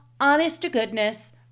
honest-to-goodness